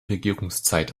regierungszeit